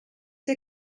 der